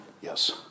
Yes